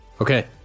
Okay